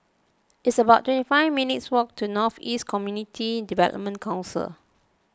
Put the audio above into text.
it's about twenty five minutes' walk to North East Community Development Council